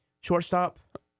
Shortstop